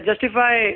justify